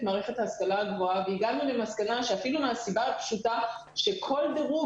מערכת ההשכלה הגבוהה והגענו למסקנה שאפילו מהסיבה הפשוטה שכל דירוג